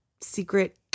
secret